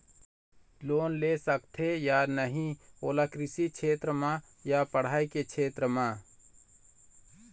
Loan ले सकथे या नहीं ओला कृषि क्षेत्र मा या पढ़ई के क्षेत्र मा?